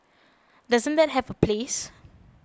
doesn't that have a place